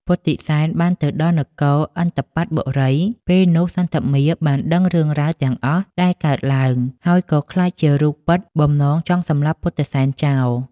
ពុទ្ធិសែនបានទៅដល់នគរឥន្ទបត្តបុរី ពេលនោះសន្ធមារបានដឹងរឿងរ៉ាវទាំងអស់ដែលកើតឡើង ហើយក៏ក្លាយជារូបពិតបំណងចង់សម្លាប់ពុទ្ធិសែនចោល។